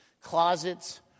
closets